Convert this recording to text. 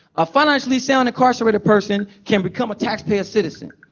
a financially sound incarcerated person can become a taxpaying citizen,